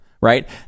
right